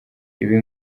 ibi